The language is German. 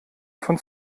von